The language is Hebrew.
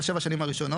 בשבע השנים הראשונות,